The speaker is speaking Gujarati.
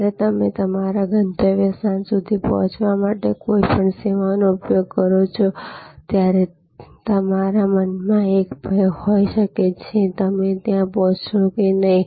જ્યારે તમે તમારા ગંતવ્ય સ્થાન સુધી પહોચવા માટે કોઈપણ સેવાનો ઉપયોગ કાઓ છો ત્યારે તમારા મન માં એક ભય હોય શકે છે કે તમે ત્યાં પહોચશો કે નય